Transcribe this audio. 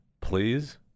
please